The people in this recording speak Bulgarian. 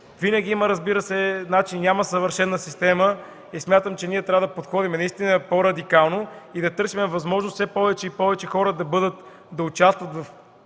Винаги има – разбира се, няма съвършена система и смятам, че ние трябва да подходим наистина по-радикално и да търсим възможност все повече и повече хора да участват в